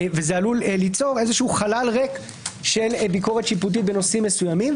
וזה עלול ליצור חלל ריק של ביקורת שיפוטית בנושאים מסוימים,